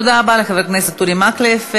תודה רבה לחבר הכנסת אורי מקלב.